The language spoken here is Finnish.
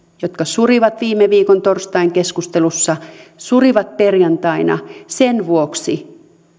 jotka surivat viime viikon torstain keskustelussa surivat perjantaina sen vuoksi